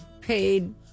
Paid